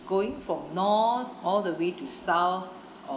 going from north all the way to south of